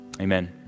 amen